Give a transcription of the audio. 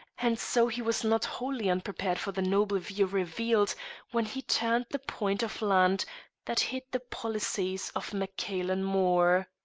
and so he was not wholly unprepared for the noble view revealed when he turned the point of land that hid the policies of maccailen mor.